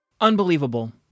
Unbelievable